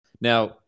Now